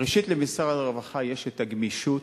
ראשית, למשרד הרווחה יש את הגמישות,